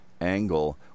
angle